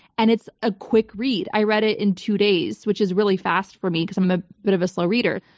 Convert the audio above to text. and it's a quick read. i read it in two days which is really fast for me because i'm a bit of a slow reader.